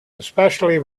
especially